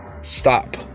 Stop